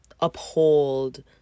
uphold